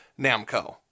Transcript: Namco